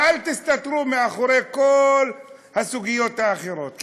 ואל תסתתרו מאחורי כל הסוגיות האחרות,